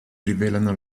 rivelano